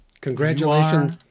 congratulations